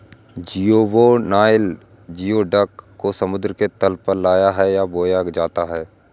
juvenile geoduck को समुद्र के तल पर लगाया है या बोया जाता है